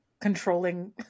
controlling